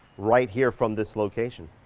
right here from this location.